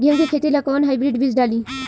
गेहूं के खेती ला कोवन हाइब्रिड बीज डाली?